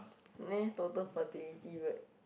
[neh] total fertility rate